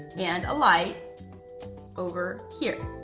and a light over here.